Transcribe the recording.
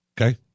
okay